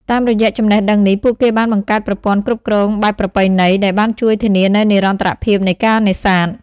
តាមរយៈចំណេះដឹងនេះ ពួកគេបានបង្កើតប្រព័ន្ធគ្រប់គ្រងបែបប្រពៃណីដែលបានជួយធានានូវនិរន្តរភាពនៃការនេសាទ។